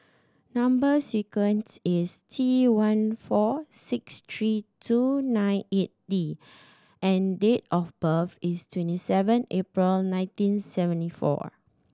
number sequence is T one four six three two nine eight D and date of birth is twenty seven April nineteen seventy four